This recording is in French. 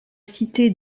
cité